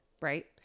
right